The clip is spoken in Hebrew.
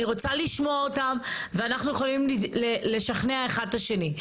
אני רוצה לשמוע אותם ואנחנו יכולים לשכנע אחד את השני.